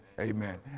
Amen